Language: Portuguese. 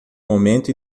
momento